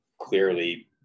clearly